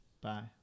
Bye